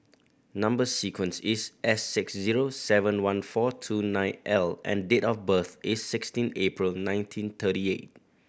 number sequence is S six zero seven one four two nine L and date of birth is sixteen April nineteen thirty eight